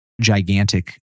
gigantic